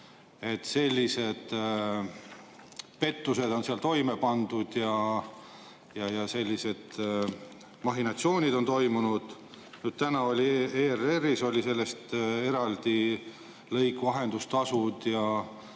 et sellised pettused on seal toime pandud ja sellised mahhinatsioonid on toimunud. Täna oli ERR-is sellest eraldi lõik. Vahendustasud